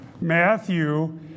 Matthew